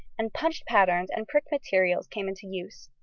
and punched patterns and pricked materials came into use.